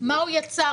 מה הוא יצר,